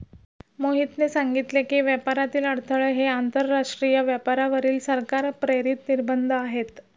मोहितने सांगितले की, व्यापारातील अडथळे हे आंतरराष्ट्रीय व्यापारावरील सरकार प्रेरित निर्बंध आहेत